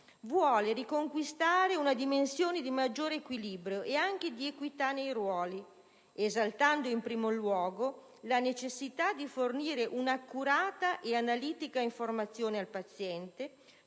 «vuole riconquistare una dimensione di maggiore equilibrio e anche di equità nei ruoli, esaltando in primo luogo la necessità di fornire un'accurata e analitica informazione al paziente